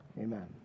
Amen